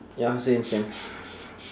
ya same same